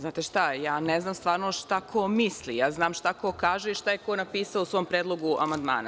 Znate šta, ne znam stvarno šta ko misli, znam šta ko kaže i šta je ko napisao u svom predlogu amandmana.